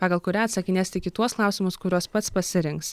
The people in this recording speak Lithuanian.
pagal kurią atsakinės tik į tuos klausimus kuriuos pats pasirinks